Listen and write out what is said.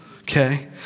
okay